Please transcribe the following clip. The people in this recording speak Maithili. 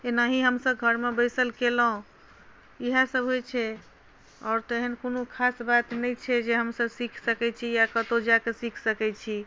एनाही हमसभ घरमे बैसल केलहुँ इएह सभ होइत छै आओर तऽ एहन कोनो खास बात नहि छै जे हमसभ सीख सकैत छी या कतहुँ जाकऽ सीख सकैत छी